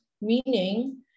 meaning